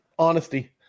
honesty